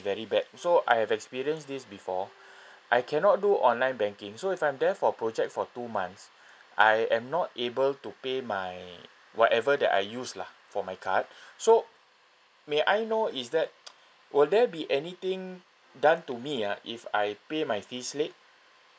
very bad so I have experienced this before I cannot do online banking so if I'm there for a project for two months I am not able to pay my whatever that I use lah for my card so may I know is that will there be anything done to me ah if I pay my fees late